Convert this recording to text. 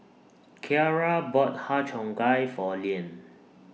Kiarra bought Har Cheong Gai For Leeann